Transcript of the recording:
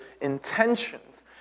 intentions